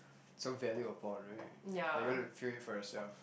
so valued upon right like you want to feel it for yourself